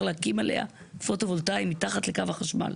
להקים עליה פוטו-וולטאי מתחת לקו החשמל,